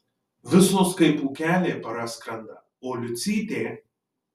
visos kaip pūkeliai praskrenda o liucytė